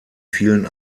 vielen